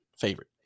favorite